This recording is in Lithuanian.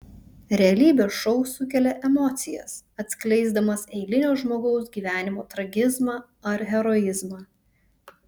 realybės šou sukelia emocijas atskleisdamas eilinio žmogaus gyvenimo tragizmą ar heroizmą